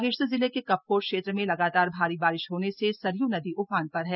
बागेश्वर जिले के कपकोट क्षेत्र में लगातार भारी बारिश होने से सरयू नदी उफना गई है